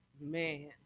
man